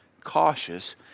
cautious